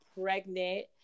pregnant